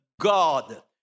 God